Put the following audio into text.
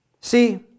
See